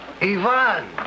Ivan